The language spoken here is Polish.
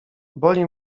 boli